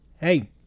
Hey